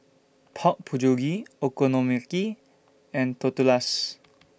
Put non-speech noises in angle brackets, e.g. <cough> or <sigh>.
Pork Bulgogi Okonomiyaki and Tortillas <noise>